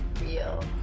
real